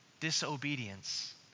disobedience